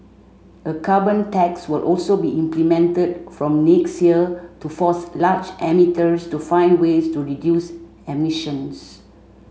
a carbon tax will also be implemented from next year to force large emitters to find ways to reduce emissions